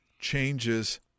changes